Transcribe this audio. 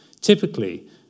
Typically